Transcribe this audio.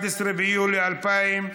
11 ביולי 2018,